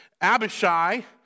Abishai